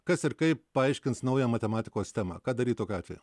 kas ir kaip paaiškins naują matematikos temą ką daryti tokiu atveju